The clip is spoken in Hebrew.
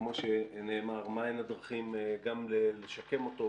אנחנו ננסה לראות מה הן הדרכים גם לשקם אותו,